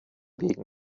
wegen